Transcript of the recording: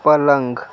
पलंग